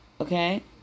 Okay